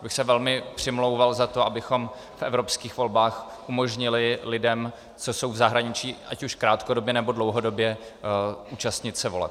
Velmi bych se přimlouval za to, abychom v evropských volbách umožnili lidem, co jsou v zahraničí, ať už krátkodobě, nebo dlouhodobě, účastnit se voleb.